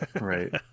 right